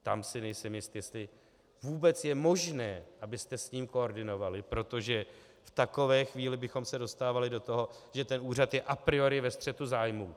Tam si nejsem jist, jestli vůbec je možné, abyste s ním koordinovali, protože v takové chvíli bychom se dostávali do toho, že ten úřad je a priori ve střetu zájmů.